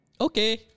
okay